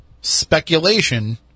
speculation